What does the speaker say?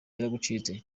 yagucitse